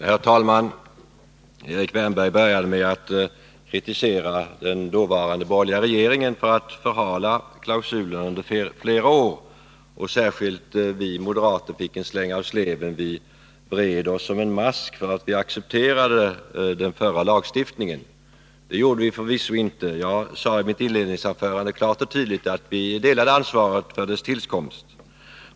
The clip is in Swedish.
Herr talman! Erik Wärnberg började med att kritisera den dåvarande borgerliga regeringen för att ha förhalat klausulen under flera år. Särskilt vi moderater fick en släng av sleven; vi vred oss som en mask för att vi accepterade den förra lagstiftningen. Det gjorde vi förvisso inte. Jag sade i mitt inledningsanförande klart och tydligt att vi delade ansvaret för dess tillkomst.